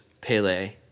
Pele